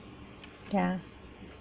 ya